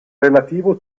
relativo